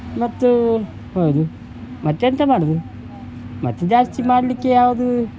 ಮತ್ತೂ ಹೌದು ಮತ್ತೆಂತ ಮಾಡೋದು ಮತ್ತೆ ಜಾಸ್ತಿ ಮಾಡಲಿಕ್ಕೆ ಯಾವುದೂ